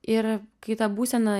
ir kai ta būsena